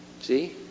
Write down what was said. See